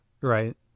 Right